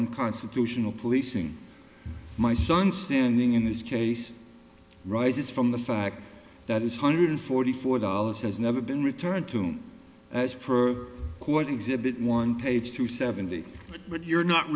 unconstitutional policing my son standing in this case rises from the fact that his hundred forty four dollars has never been returned to him as per court exhibit one page two seventy but you're not